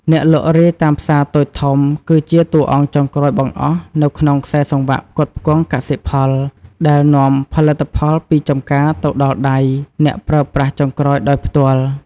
អ្នកលក់រាយតាមផ្សារតូចធំ គឺជាតួអង្គចុងក្រោយបង្អស់នៅក្នុងខ្សែសង្វាក់ផ្គត់ផ្គង់កសិផល ដែលនាំផលិតផលពីចំការទៅដល់ដៃ អ្នកប្រើប្រាស់ចុងក្រោយ ដោយផ្ទាល់។